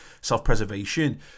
self-preservation